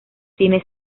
tiene